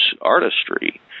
artistry